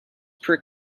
per